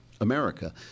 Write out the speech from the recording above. America